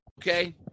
okay